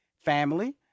Family